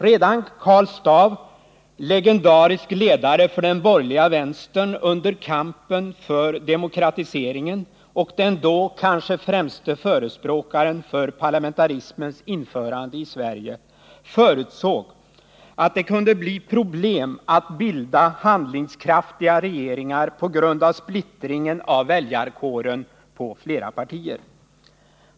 Redan Karl Staaff — legendarisk ledare för den borgerliga vänstern under kampen för demokratiseringen och den då kanske främste förespråkaren för parlamentarismens införande i Sverige — förutsåg att det kunde bli problem att bilda handlingskraftiga regeringar på grund av splittringen av väljarkåren på flera partier.